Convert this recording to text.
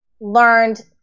learned